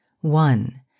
One